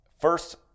first